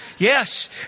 Yes